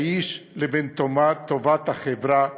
האיש, לבין טובת החברה והמדינה.